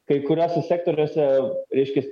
kai kuriuose sektoriuose reiškias